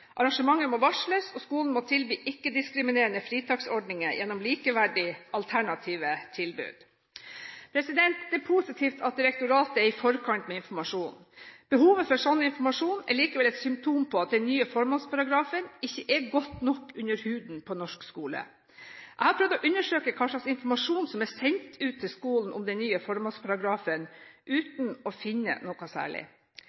Arrangementet må varsles, og skolen må tilby ikke-diskriminerende fritaksordninger gjennom likeverdige alternative tilbud. Det er positivt at direktoratet er i forkant med informasjon. Behovet for slik informasjon er likevel et symptom på at den nye formålsparagrafen ikke er godt nok under huden på norsk skole. Jeg har prøvd å undersøke hva slags informasjon om den nye formålsparagrafen som er sendt ut til skolen, uten å finne noe særlig. Den